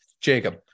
Jacob